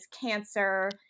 cancer